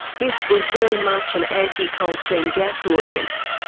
this was very much an anti-coal seam gas audience.